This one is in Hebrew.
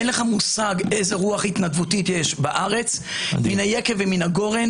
אין לך מושג איזו רוח התנדבותית יש בארץ מן היקב ומן הגורן,